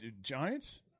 Giants